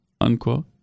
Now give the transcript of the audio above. unquote